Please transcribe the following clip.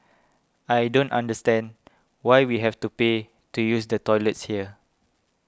I don't understand why we have to pay to use the toilets here